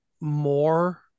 more